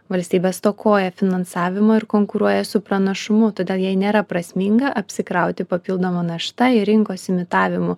valstybė stokoja finansavimo ir konkuruoja su pranašumu todėl jai nėra prasminga apsikrauti papildoma našta ir rinkos imitavimu